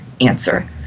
answer